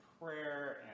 prayer